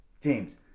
James